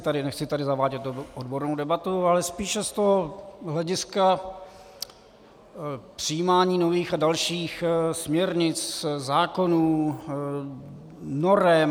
Takže nechci tady zavádět odbornou debatu, ale spíše z toho hlediska přijímání nových a dalších směrnic, zákonů, norem.